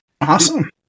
Awesome